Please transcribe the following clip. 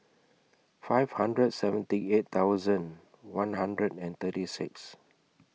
five hundred and seventy eight thousand one hundred and thirty six